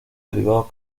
derivados